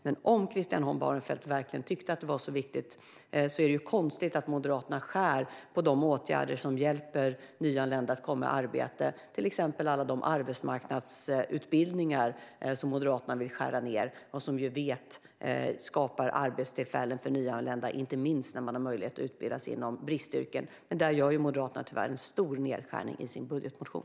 Men om Christian Holm Barenfeld tycker att det är så viktigt är det konstigt att Moderaterna skär ned på de åtgärder som hjälper nyanlända att komma i arbete. Det gäller till exempel alla de arbetsmarknadsutbildningar som Moderaterna vill skära ned på fastän vi vet att de skapar arbetstillfällen för nyanlända, inte minst när de har möjlighet att utbilda sig inom bristyrken. Här gör Moderaterna tyvärr en stor nedskärning i sin budgetmotion.